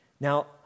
Now